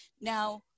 Now